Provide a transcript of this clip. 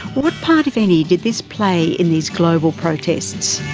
what part, if any, did this play in these global protests?